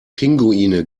pinguine